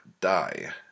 die